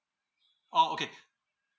oh okay